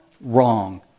wrong